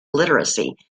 literacy